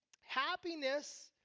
Happiness